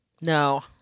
No